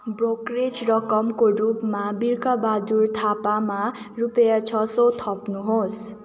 brokerage रकमको रूपमा बिर्ख बहादुर थापामा रुपैयाँ छ सौ थप्नुहोस्